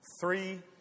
Three